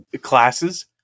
classes